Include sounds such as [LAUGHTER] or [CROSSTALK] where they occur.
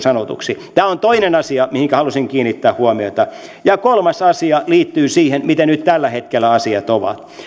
[UNINTELLIGIBLE] sanotuksi tämä on toinen asia mihinkä halusin kiinnittää huomiota ja kolmas asia liittyy siihen miten nyt tällä hetkellä asiat ovat